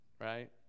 right